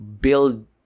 build